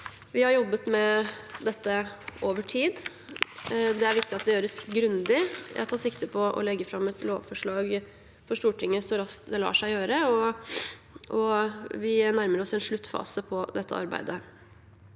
Vi har jobbet med dette over tid. Det er viktig at det gjøres grundig. Jeg tar sikte på å legge fram et lovforslag for Stortinget så raskt det lar seg gjøre, og vi nærmer oss en sluttfase på dette arbeidet.